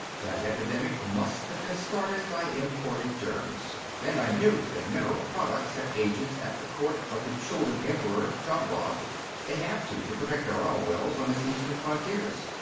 that epidemic must have been started by imported germs. and i knew that mineral products has agents at the court of the chuldun emperor, chombrog they have to, to protect their oil wells on his eastern frontiers.